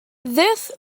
this